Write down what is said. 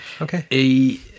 Okay